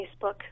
Facebook